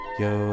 yo